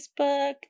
Facebook